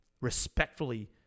respectfully